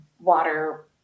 water